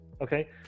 Okay